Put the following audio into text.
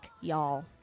Y'all